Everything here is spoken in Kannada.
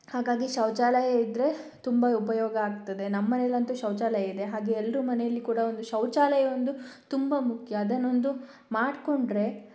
ಹಾಗಾಗಿ ಶೌಚಾಲಯ ಇದ್ದರೆ ತುಂಬ ಉಪಯೋಗ ಆಗ್ತದೆ ನಮ್ಮ ಮನೇಲ್ಲಿ ಅಂತೂ ಶೌಚಾಲಯ ಇದೆ ಹಾಗೆ ಎಲ್ರ ಮನೇಲ್ಲಿ ಕೂಡ ಒಂದು ಶೌಚಾಲಯ ಒಂದು ತುಂಬ ಮುಖ್ಯ ಅದನ್ನೊಂದು ಮಾಡಿಕೊಂಡ್ರೆ